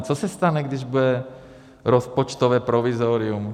Co se stane, když bude rozpočtové provizorium?